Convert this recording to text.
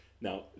Now